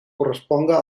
corresponga